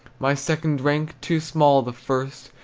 my second rank, too small the first,